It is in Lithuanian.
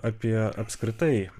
apie apskritai